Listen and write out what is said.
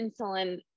insulin